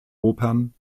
opern